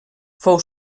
fou